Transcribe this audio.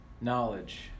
Knowledge